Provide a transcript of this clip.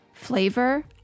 flavor